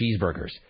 cheeseburgers